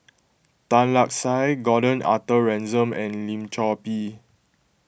Tan Lark Sye Gordon Arthur Ransome and Lim Chor Pee